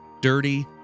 Dirty